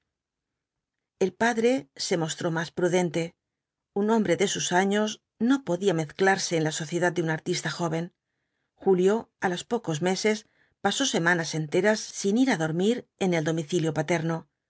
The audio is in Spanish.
el padre se mostró más prudente un hombre de sus años no podía mezclarse en la sociedad de un artista joven julio á los pocos meses pasó semanas enteras sin ir á dormir en el domicilio paterno